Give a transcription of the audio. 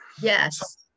Yes